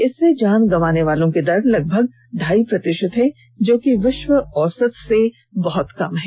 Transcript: इससे जान गंवाने वालों की दर लगभग ढाई प्रतिशत है जो कि विश्व औसत से बहुत कम है